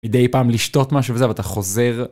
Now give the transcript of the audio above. מדי פעם לשתות משהו וזה, ואתה חוזר.